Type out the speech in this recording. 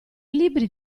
libri